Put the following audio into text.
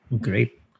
great